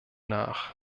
nach